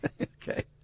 Okay